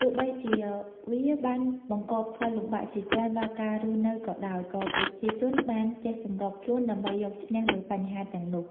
ទោះបីជាវាបានបង្កផលលំបាកជាច្រើនដល់ការរស់នៅក៏ដោយ ក៏ប្រជាជនបានចេះសម្របខ្លួនដើម្បីយកឈ្នះលើបញ្ហាទាំងនោះ។